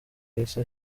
yahise